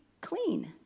clean